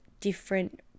different